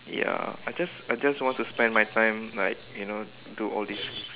ya I just I just want to spend my time like you know do all these